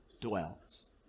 dwells